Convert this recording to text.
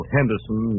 Henderson